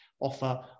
offer